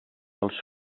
els